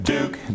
Duke